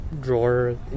drawer